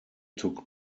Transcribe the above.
took